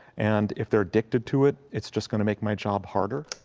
and if they're addicted to it it's just going to make my job harder.